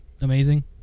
amazing